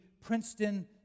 Princeton